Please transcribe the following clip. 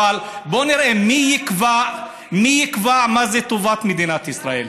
אבל בואו נראה: מי יקבע מה זה טובת מדינת ישראל?